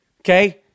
okay